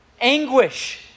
anguish